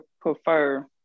prefer